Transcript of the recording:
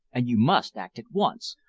and you must act at once,